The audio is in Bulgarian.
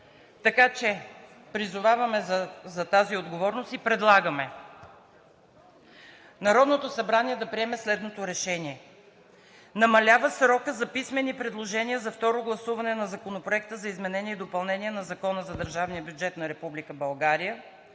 така че призоваваме за тази отговорност. Предлагаме Народното събрание да приеме следното Решение: „1. Намалява срока за писмени предложения за второ гласуване на Законопроекта за изменение и допълнение на Закона за държавния бюджет на